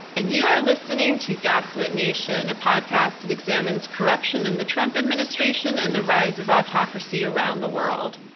and you're listening to gaslit nation, a podcast that examines corruption in the trump administration and the rise of autocracy around the world.